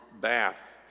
bath